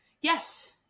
Yes